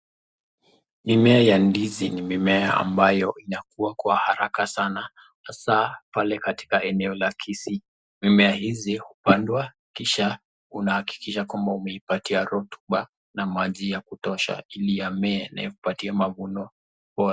Mimea ya ndizi ni mimea ambayo inakuwa kwa haraka sana hasaa katika maeneo ya Kisii mimea hizi hupandwa kisha unahakikisha kuwa umepatia rotuba na maji ya kutosha ili yamee na ikupe mavuno bora.